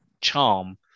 charm